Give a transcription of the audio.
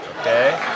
okay